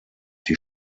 die